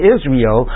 Israel